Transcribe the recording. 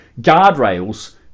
guardrails